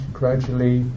gradually